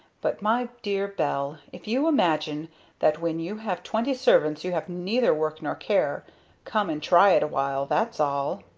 but my dear belle, if you imagine that when you have twenty servants you have neither work nor care come and try it awhile, that's all!